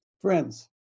Friends